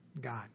God